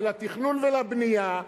ולתכנון ולבנייה,